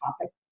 topic